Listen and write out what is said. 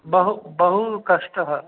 बहु बहु कष्टम्